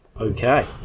Okay